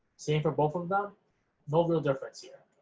same for both of them, no real difference here.